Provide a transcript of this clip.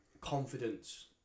confidence